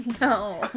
No